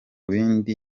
bindi